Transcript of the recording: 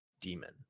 demon